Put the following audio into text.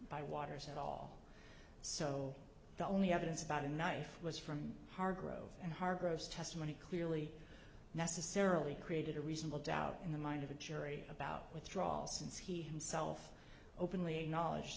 by waters at all so the only evidence about a knife was from hargrove and hargrove testimony clearly necessarily created a reasonable doubt in the mind of a jury about withdrawal since he himself openly acknowledge